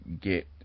get